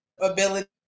ability